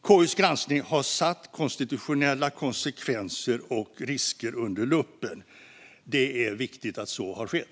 KU:s granskning har satt konstitutionella konsekvenser och risker under lupp. Det är viktigt att så har skett!